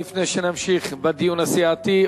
לפני שנמשיך בדיון הסיעתי,